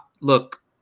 look